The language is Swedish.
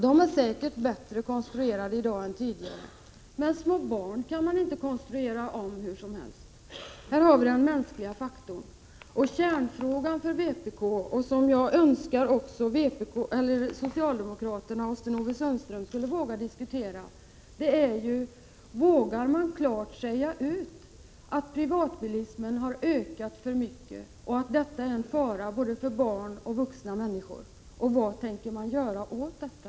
De är säkert bättre konstruerade i dag än tidigare. Men små barn kan man inte konstruera om hur som helst. Här har vi den mänskliga faktorn. Kärnfrågan för vpk, som jag önskar att också socialdemokraterna inkl. Sten-Ove Sundström skulle våga diskutera, är: Vågar man klart säga ut att privatbilismen har ökat för mycket och att detta är en fara både för barn och för vuxna människor? Vad tänker man göra åt detta?